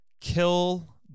kill